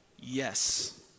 Yes